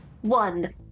One